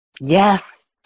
Yes